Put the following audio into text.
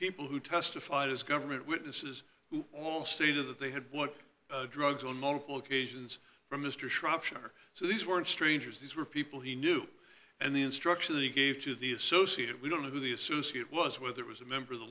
people who testified as government witnesses who all stated that they had what drugs on multiple occasions from mr shropshire so these weren't strangers these were people he knew and the instruction that he gave to the associated we don't know who the associate was whether it was a member of the